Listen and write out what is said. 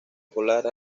polar